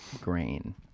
grain